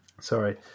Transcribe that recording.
sorry